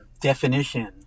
definition